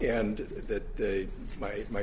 and that my my